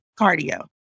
cardio